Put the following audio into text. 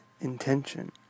intention